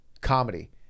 comedy